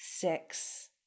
Six